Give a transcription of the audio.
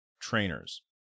trainers